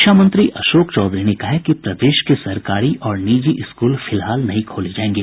शिक्षा मंत्री अशोक चौधरी ने कहा है कि प्रदेश के सरकारी और निजी स्कूल फिलहाल नहीं खोले जायेंगे